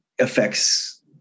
affects